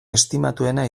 estimatuena